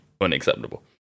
unacceptable